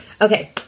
Okay